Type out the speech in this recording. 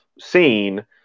seen